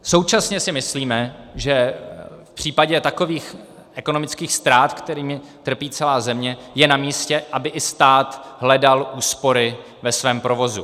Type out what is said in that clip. Současně si myslíme, že v případě takových ekonomických ztrát, kterými trpí celá země, je namístě, aby i stát hledal úspory ve svém provozu.